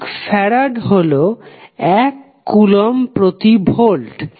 এক ফ্যারাড হল এক কুলম্ব প্রতি ভোল্ট